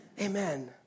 Amen